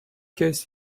case